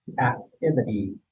activity